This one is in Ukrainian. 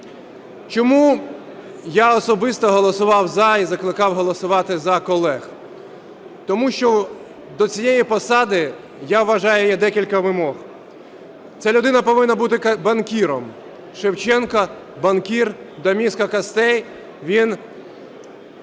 Чому я особисто голосував "за" і закликав голосувати "за" колег? Тому що до цієї посади, я вважаю, є декілька вимог: ця людина повинна бути банкіром. Шевченко – банкір до мозга костей, він